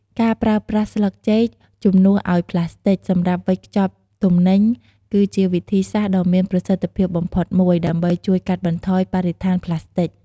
ការប្រើប្រាស់ស្លឹកចេកជំនួសឲ្យប្លាស្ទិកសម្រាប់វេចខ្ចប់ទំនិញ គឺជាវិធីសាស្ត្រដ៏មានប្រសិទ្ធភាពបំផុតមួយ ដើម្បីជួយកាត់បន្ថយបរិមាណប្លាស្ទិក។